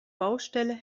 baustelle